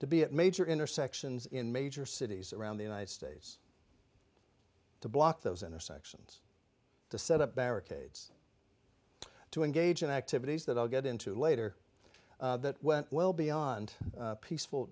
to be at major intersections in major cities around the united states to block those intersections to set up barricades to engage in activities that i'll get into later that went well beyond peaceful